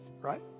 Right